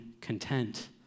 content